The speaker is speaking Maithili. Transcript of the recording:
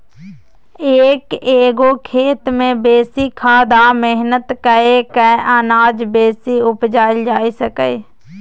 एक्क गो खेत मे बेसी खाद आ मेहनत कए कय अनाज बेसी उपजाएल जा सकैए